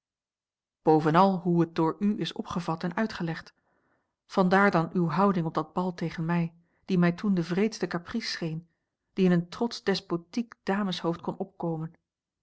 bovenal hoe het door u is opgevat en uitgelegd vandaar dan uwe houding op dat bal tegen mij die mij toen de wreedste caprice scheen die in een trotsch despotiek dameshoofd kon opkomen